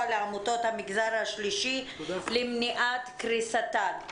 לעמותות המגזר השלישי למניעת קריסתן.